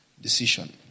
decision